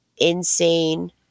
insane